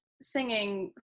singing